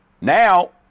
now